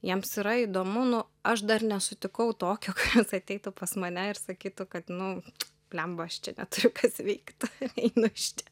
jiems yra įdomu nu aš dar nesutikau tokio kas ateitų pas mane ir sakytų kad nu bliamba aš čia neturiu kas veikt einu iš čia